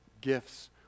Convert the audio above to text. gifts